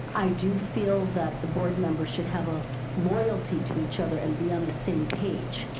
i do feel that the board members should have a loyalty to each other and be on the same page.